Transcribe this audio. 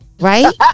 Right